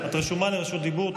את רשומה לרשות דיבור.